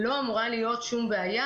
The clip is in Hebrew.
לא אמורה להיות שום בעיה.